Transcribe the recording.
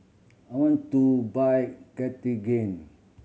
I want to buy Cartigain